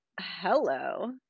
Hello